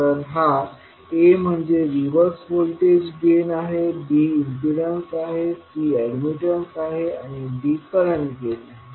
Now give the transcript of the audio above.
तर हा A म्हणजे रिव्हर्स व्होल्टेज गेन आहे B इम्पीडन्स आहे C अॅडमिटन्स आहे आणि D करंट गेन आहे